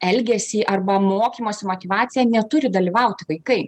elgesį arba mokymosi motyvaciją neturi dalyvauti vaikai